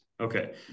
Okay